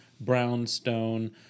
brownstone